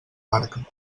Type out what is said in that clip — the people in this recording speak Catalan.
barca